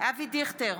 אבי דיכטר,